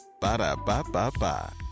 Ba-da-ba-ba-ba